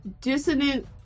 dissonant